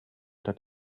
that